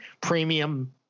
premium